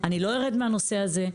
אני לא ארד מהנושא הזה,